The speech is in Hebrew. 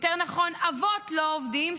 יותר נכון אבות לא עובדים,